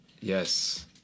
Yes